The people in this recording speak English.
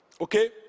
Okay